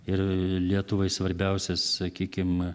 ir lietuvai svarbiausias sakykim